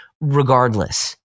Regardless